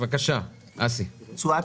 הבטחת תשואה